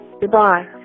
Goodbye